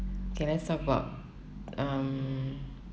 K let's talk about um